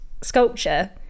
sculpture